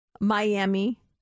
Miami